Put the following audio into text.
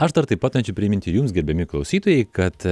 aš dar taip pat norėčiau priminti jums gerbiami klausytojai kad